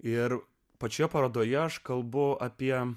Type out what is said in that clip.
ir pačioje parodoje aš kalbu apie